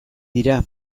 dira